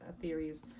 theories